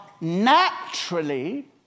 naturally